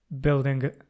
building